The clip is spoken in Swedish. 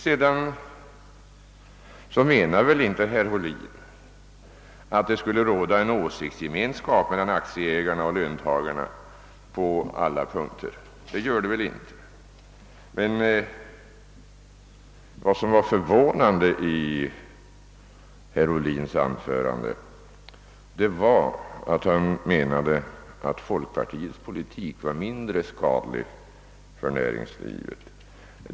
Herr Ohlin menar väl inte att det skulle råda åsiktsgemenskap mellan aktieägarna och löntagarna på alla punkter? Vad som var förvånande i herr Ohlins anförande var att han menade att folkpartiets politik var mindre skadlig än socialdemokraternas för näringslivet.